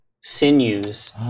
sinews